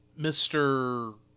Mr